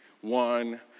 one